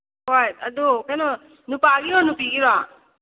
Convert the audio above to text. ꯍꯣꯏ ꯑꯗꯨ ꯀꯩꯅꯣ ꯅꯨꯄꯥꯒꯤꯔꯣ ꯅꯨꯄꯤꯒꯤꯔꯣ